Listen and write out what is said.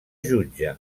jutge